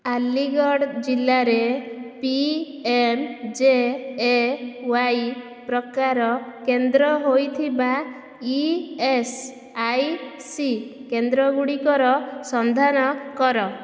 ଆଲିଗଡ଼ ଜିଲ୍ଲାରେ P M J A Y ପ୍ରକାର କେନ୍ଦ୍ର ହୋଇଥିବା ଇ ଏସ୍ ଆଇ ସି କେନ୍ଦ୍ରଗୁଡ଼ିକର ସନ୍ଧାନ କର